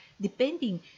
Depending